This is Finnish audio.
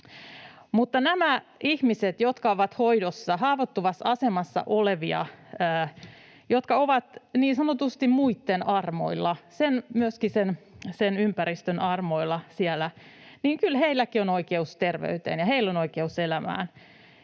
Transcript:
ihmisillä, jotka ovat hoidossa, haavoittuvassa asemassa olevia, jotka ovat niin sanotusti muitten armoilla ja myöskin sen ympäristön armoilla siellä, on oikeus terveyteen ja heillä on